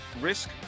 risk